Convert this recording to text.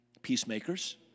peacemakers